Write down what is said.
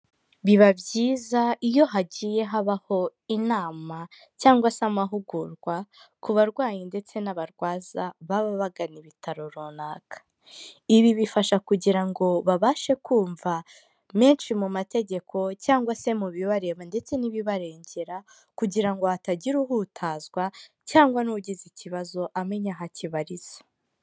Biba byiza iyo hagiye habaho inama, cyangwa se amahugurwa, ku barwayi ndetse n'abarwaza baba bagana ibitaro runaka, ibi bifasha kugira ngo babashe kumva menshi mu mategeko cyangwa se mu bibareba, ndetse n'ibibarengera, kugira ngo hatagira uhutazwa cyangwa n'ugize ikibazo amenya aho akibariza.